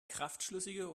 kraftschlüssige